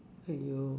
!haiyo!